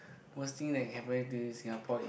worst thing that can happen to you in Singapore is